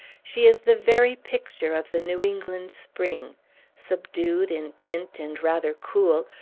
she is the very picture of the new england spring subdued in tint and rather cool,